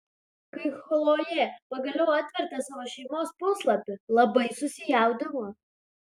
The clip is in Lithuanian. kai chlojė pagaliau atvertė savo šeimos puslapį labai susijaudino